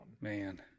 man